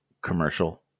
commercial